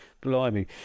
blimey